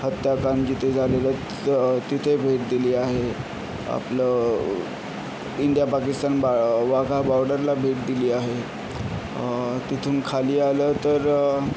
हत्याकांड जिथे झालेलं तर तिथे भेट दिली आहे आपलं इंडिया पाकिस्तान बा वाघा बॉर्डरला भेट दिली आहे तिथून खाली आलं तर